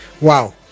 Wow